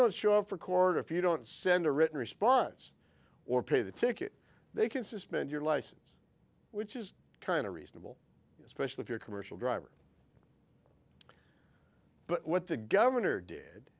don't show up for court if you don't send a written response or pay the ticket they can suspend your license which is kind of reasonable especially if you're commercial driver but what the governor did